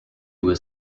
was